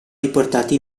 riportati